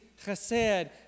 chesed